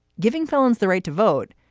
giving felons the right to vote.